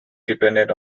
depended